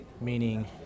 meaning